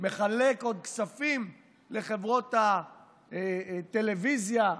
מחלק כספים לחברות הטלוויזיה,